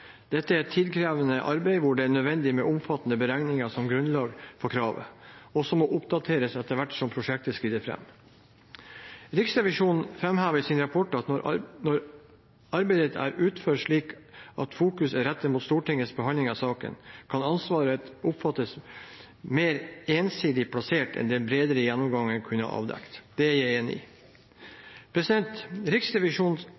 Dette er et tidkrevende arbeid, hvor det er nødvendig med omfattende beregninger som grunnlag for kravene, som må oppdateres etter hvert som prosjektet skrider fram. Riksrevisjonen framhever i sin rapport at når arbeidet er utført slik at fokus er rettet mot Stortingets behandling av saken, kan ansvaret oppfattes som mer ensidig plassert enn det en bredere gjennomgang kunne avdekket. Det er jeg enig